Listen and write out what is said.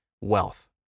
wealth